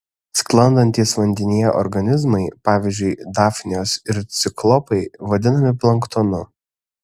sklandantys vandenyje organizmai pavyzdžiui dafnijos ir ciklopai vadinami planktonu